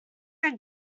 are